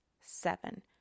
seven